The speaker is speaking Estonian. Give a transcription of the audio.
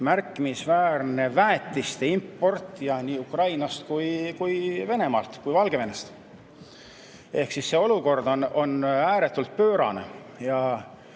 märkimisväärne väetiste importija nii Ukrainast, Venemaalt kui ka Valgevenest. Ehk olukord on ääretult pöörane.